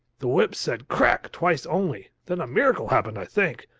the whip said, crack! twice only then a miracle happened i think,